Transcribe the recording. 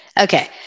Okay